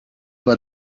but